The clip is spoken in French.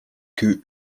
que